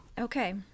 Okay